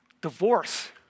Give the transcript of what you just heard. Divorce